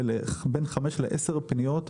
בין חמש לעשר פניות,